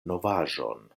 novaĵon